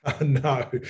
No